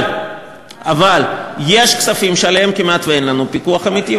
אבל יש כספים שעליהם כמעט אין לנו פיקוח אמיתי,